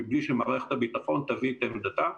מבלי שמערכת הביטחון תביא את עמדתה.